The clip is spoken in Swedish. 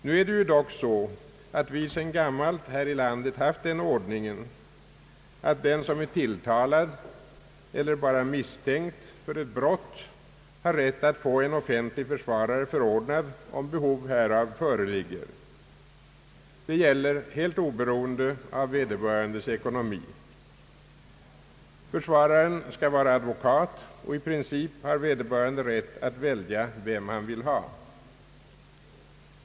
Nu är det ju dock så att vi sedan gammalt här i landet haft den ordningen, att den som är tilltalad — eller bara misstänkt — för ett brott har rätt att få en offentlig försvarare förordnad om behov härav föreligger. Det gäller helt oberoende av vederbörandes ekonomi. Försvararen skall vara advokat, och i princip har vederböran de rätt att välja vem han vill ha.